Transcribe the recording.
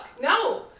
No